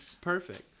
perfect